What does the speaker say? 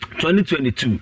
2022